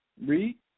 Read